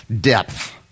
depth